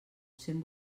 cent